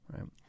right